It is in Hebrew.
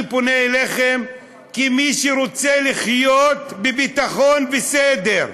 אני פונה אליכם כמי שרוצה לחיות בביטחון וסדר.